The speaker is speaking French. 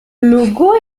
logo